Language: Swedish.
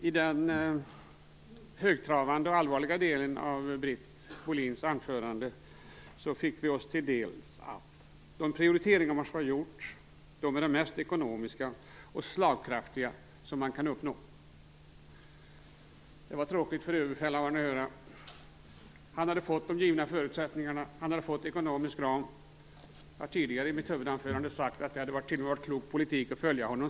Fru talman! I den högtravande och allvarliga delen av Britt Bohlins anförande fick vi oss till dels att de prioriteringar som gjorts är de mest ekonomiska och slagkraftiga som kan uppnås. Det är tråkigt för Överbefälhavaren att höra. Han hade ju fått förutsättningarna och de ekonomiska ramarna. I mitt huvudanförande sade jag att det hade varit en klok politik att följa honom.